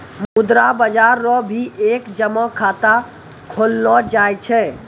मुद्रा बाजार रो भी एक जमा खाता खोललो जाय छै